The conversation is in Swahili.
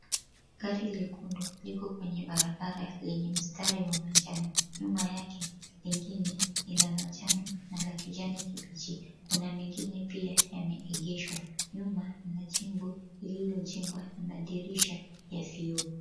Gari lekundu liko kwenye barabara lenye mstari wa manjano. Nyuma yake, lingine ni la manjano na la kijani kibichi. Kuna mengine pia yameegeshwa. Nyuma mna jengo lililojengwa na madirisha ya vioo.